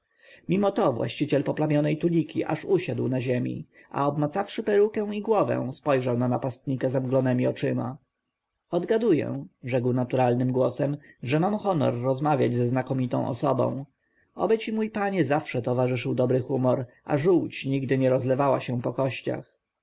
mimo to właściciel poplamionej tuniki aż usiadł na ziemi a obmacawszy perukę i głowę spojrzał na napastnika zamglonemi oczyma odgaduję rzekł naturalnym głosem że mam honor rozmawiać ze znakomitą osobą oby ci mój panie zawsze towarzyszył dobry humor a żółć nigdy nie rozlewała się po kościach